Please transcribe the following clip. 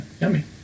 yummy